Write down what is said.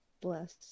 Bless